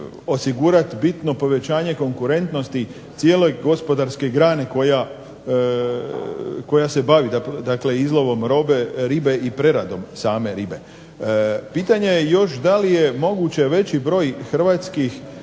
bitno povećanje konkurentnosti cijele gospodarske grane koja se bavi dakle izlovom ribe i preradom same ribe. Pitanje je još da li je moguće veći broj hrvatskih